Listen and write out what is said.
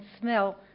smell